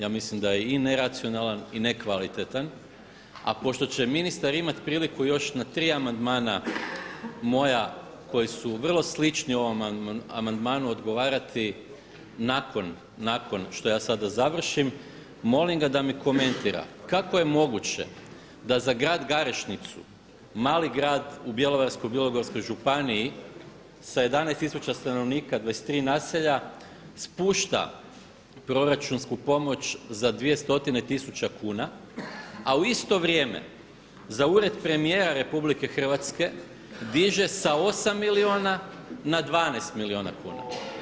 Ja mislim da je i neracionalan i nekvalitetan, a pošto će ministar imati priliku još na tri amandmana moja koji su vrlo slični u ovom amandmanu odgovarati nakon što ja sada završim, molim ga da mi komentira kako je moguće da za grad Garešnicu, mali grad u Bjelovarsko-bilogorskoj županiji sa 11000 stanovnika i 23 naselja spušta proračunsku pomoć za 200 tisuća kuna, a u isto vrijeme za ured premijera Republike Hrvatske diže sa 8 milijuna na 12 milijuna kuna.